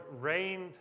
rained